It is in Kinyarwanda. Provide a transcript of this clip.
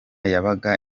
yabaga